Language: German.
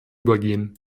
übergehen